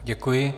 Děkuji.